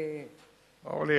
אורלי,